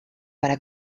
para